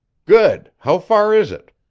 good! how far is it?